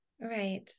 Right